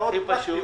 הצעות פרקטיות.